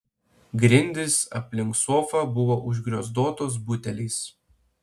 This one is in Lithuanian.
grindys aplink sofą buvo užgriozdotos buteliais